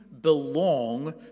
belong